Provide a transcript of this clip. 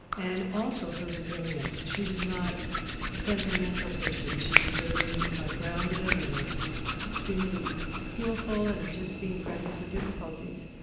and also her resilience. she was not a sentimental person. she was very ah grounded and extremely skillful and just being present for difficulties.